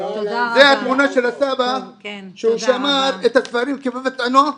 זו התמונה של הסבא שהוא שמר את הספרים כבבת עינו,